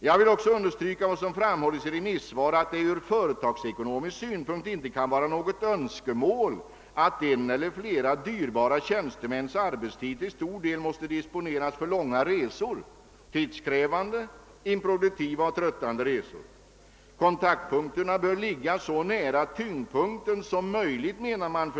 Jag vill också understryka vad som framhållits i remissvar att det ur företagsekonomisk synpunkt inte kan vara något önskemål att en eller flera dyrbara tjänstemäns arbetstid till stor del måste disponeras för tidskrävande, improduktiva och tröttande långa resor. Kontaktpunkterna bör ligga så nära tyngdpunkten som möjligt, anser man.